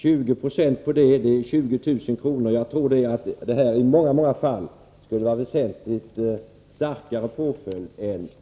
20 90 på det är 20 000 kr. Det tror jag i utomordentligt många fall betraktas som en väsentligt starkare påföljd än böter.